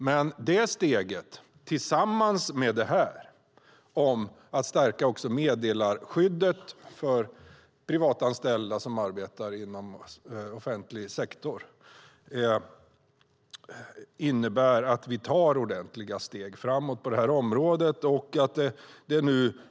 Men det steget tillsammans med förslaget om att stärka meddelarskyddet för privatanställda som arbetar inom offentlig sektor innebär att vi tar ordentliga steg framåt på området.